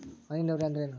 ಹನಿ ನೇರಾವರಿ ಅಂದ್ರೇನ್ರೇ?